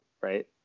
Right